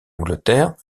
angleterre